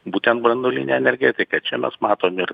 būtent branduolinė energetika čia mes matom ir